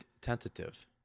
tentative